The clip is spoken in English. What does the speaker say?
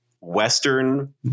Western